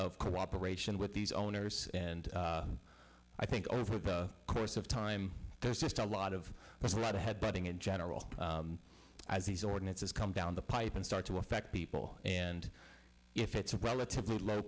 of cooperation with these owners and i think over the course of time there's just a lot of there's a lot of head butting in general as these ordinances come down the pipe and start to affect people and if it's a relatively low